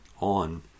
on